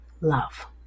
love